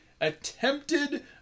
attempted